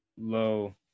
low